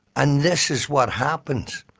and this is what happens.